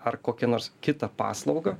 ar kokią nors kitą paslaugą